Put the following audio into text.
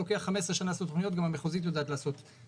אם לוקח 15 לסמכויות גם המחוזית יודעת לעשות את זה.